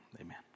Amen